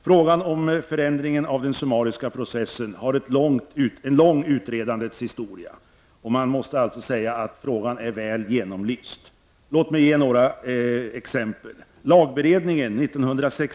Frågan om förändringen av den summariska processen har en lång utredandets historia, och man måste alltså säga att frågan är väl genomlyst. Låt mig ge några exempel.